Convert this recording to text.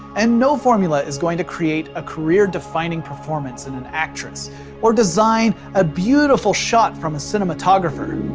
and no formula is going to create a career-defining performance in an actress or design a beautiful shot from a cinematographer.